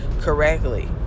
correctly